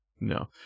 No